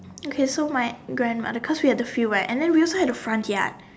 okay so my grandmother cause we had the field right and we also had a front yard